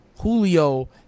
Julio